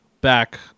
back